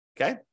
okay